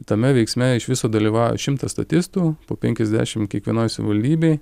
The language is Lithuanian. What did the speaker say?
tame veiksme iš viso dalyvauja šimtas statistų po penkiasdešimt kiekvienoj savivaldybėj